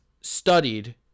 studied